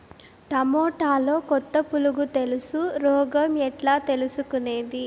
టమోటాలో కొత్త పులుగు తెలుసు రోగం ఎట్లా తెలుసుకునేది?